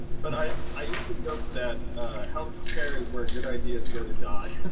but i i joke that healthcare is where good ideas go to die.